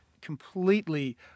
completely